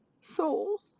soul